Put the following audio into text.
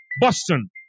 Boston